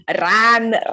run